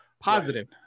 positive